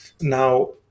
Now